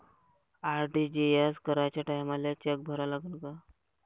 RTGS कराच्या टायमाले cheque भरा लागन का?